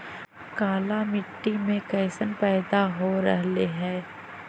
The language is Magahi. काला मिट्टी मे कैसन पैदा हो रहले है?